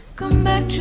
come back